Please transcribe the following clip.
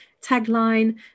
tagline